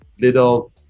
little